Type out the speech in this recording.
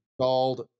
called